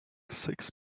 six